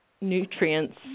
nutrients